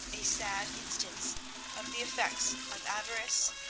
a sad instance of the effects of avarice,